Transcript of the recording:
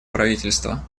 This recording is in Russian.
правительства